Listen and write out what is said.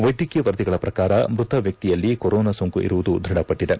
ವೈದ್ಯಕೀಯ ವರದಿಗಳ ಪ್ರಕಾರ ಮೃತ ವಕ್ಷಿಯಲ್ಲಿ ಕೊರೋನಾ ಸೋಂಕು ಇರುವುದು ದೃಢಪಟ್ಟದೆ